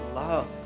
love